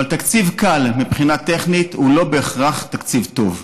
אבל תקציב קל מבחינה טכנית הוא לא בהכרח תקציב טוב,